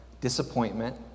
disappointment